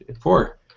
four